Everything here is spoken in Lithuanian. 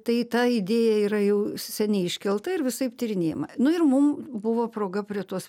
tai ta idėja yra jau seniai iškelta ir visaip tyrinėjama nu ir mum buvo proga prie tos